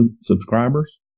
subscribers